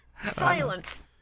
Silence